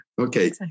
Okay